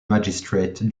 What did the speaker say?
magistrate